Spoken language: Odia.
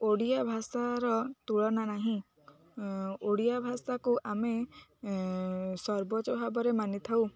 ଓଡ଼ିଆ ଭାଷାର ତୁଳନା ନାହିଁ ଓଡ଼ିଆ ଭାଷାକୁ ଆମେ ସର୍ବୋଚ୍ଚ ଭାବରେ ମାନିଥାଉ